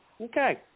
Okay